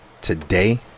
today